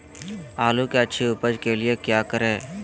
आलू की अच्छी उपज के लिए क्या करें?